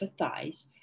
empathize